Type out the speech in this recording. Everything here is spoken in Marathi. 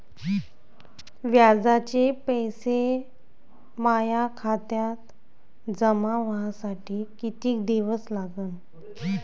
व्याजाचे पैसे माया खात्यात जमा व्हासाठी कितीक दिवस लागन?